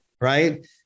right